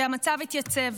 כי המצב התייצב.